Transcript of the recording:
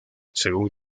según